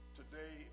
today